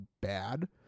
bad